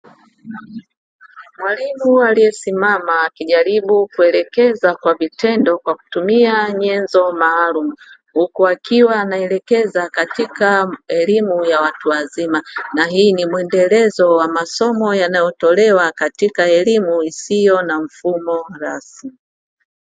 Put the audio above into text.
Mwalimu aliyesimama akijaribu kuelekeza Kwa vitendo kwa kutumia nyenzo maalumu, huku akiwa anaelekeza katika elimu ya watu wazima na hii ni mwendelezo wa masomo yanayotolewa katika elimu isiyo na mfumo rasmi.